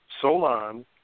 Solon